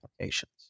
applications